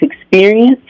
experience